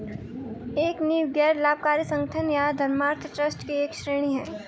एक नींव गैर लाभकारी संगठन या धर्मार्थ ट्रस्ट की एक श्रेणी हैं